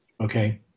Okay